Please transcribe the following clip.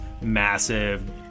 massive